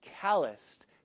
calloused